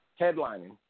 Headlining